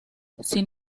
sin